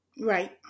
Right